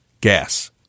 gas